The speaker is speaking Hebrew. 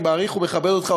אני מעריך ומכבד אותך,